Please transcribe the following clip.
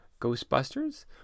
Ghostbusters